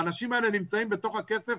האנשים האלה נמצאים בתוך הכסף,